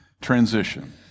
transition